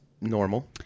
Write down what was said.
normal